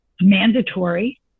mandatory